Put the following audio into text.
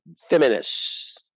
feminists